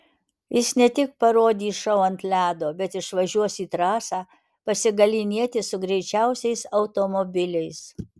jis ne tik parodys šou ant ledo bet išvažiuos į trasą pasigalynėti su greičiausiais automobiliais